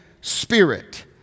Spirit